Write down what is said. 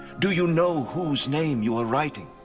do you know whose name you are writing?